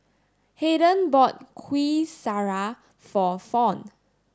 Hayden bought Kuih Syara for Fawn